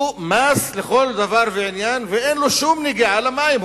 הוא מס לכל דבר ועניין, ואין לו שום נגיעה למים.